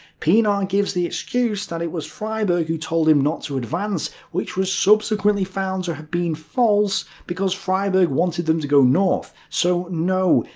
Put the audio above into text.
pienaar gives the excuse that it was freyberg who told him not to advance, which was subsequently found to have been false because freyberg wanted them to go north. so no,